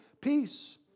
peace